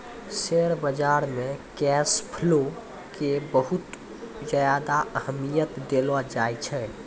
share बाजार मे cash flow के बहुत ज्यादा अहमियत देलो जाए छै